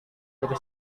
diri